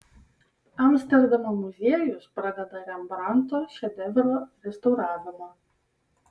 amsterdamo muziejus pradeda rembrandto šedevro restauravimą